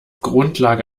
grundlage